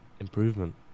improvement